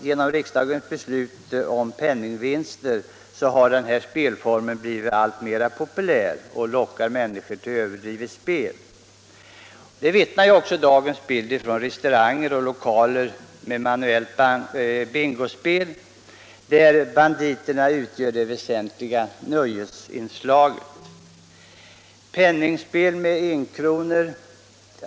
Genom riksdagens beslut om penningvinster har den här spelformen blivit alltmera populär och lockar människor till överdrivet spelande. Om detta vittnar också dagens bild från restauranger och lokaler med manuellt bingospel, där banditerna utgör det väsentliga nöjesinslaget.